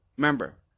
remember